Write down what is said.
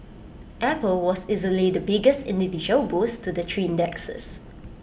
apple was easily the biggest individual boost to the three indexes